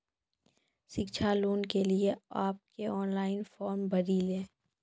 शिक्षा लोन के लिए आप के ऑनलाइन फॉर्म भरी ले?